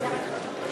בסעיף 4(א),